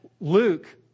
Luke